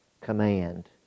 command